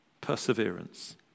Perseverance